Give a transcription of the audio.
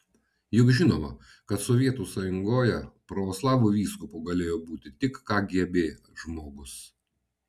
juk žinoma kad sovietų sąjungoje pravoslavų vyskupu galėjo būti tik kgb žmogus